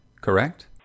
correct